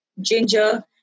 ginger